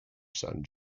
son